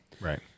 right